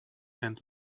and